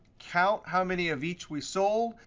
count how many of each we sold.